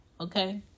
okay